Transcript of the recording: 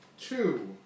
two